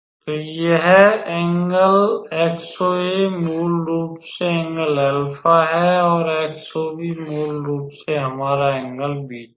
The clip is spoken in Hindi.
तो यह एंगल XOA मूल रूप से एंगल 𝛼 है और XOB मूल रूप से हमारा एंगल 𝛽 है